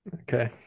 Okay